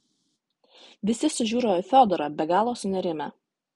visi sužiuro į fiodorą be galo sunerimę